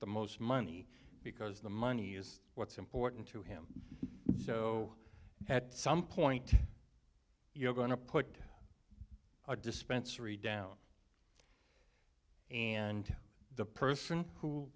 the most money because the money is what's important to him so at some point you're going to put our dispensary down and the person who